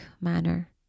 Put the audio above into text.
manner